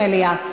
מליאה.